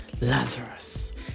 Lazarus